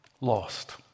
lost